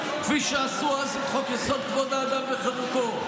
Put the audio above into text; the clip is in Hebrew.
כפי שעשו אז עם חוק-יסוד: כבוד האדם וחירותו.